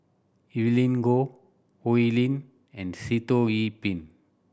Evelyn Goh Oi Lin and Sitoh Yih Pin